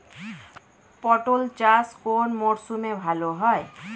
পটল চাষ কোন মরশুমে ভাল হয়?